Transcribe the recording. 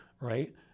Right